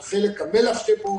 על חלק המל"ח שבו,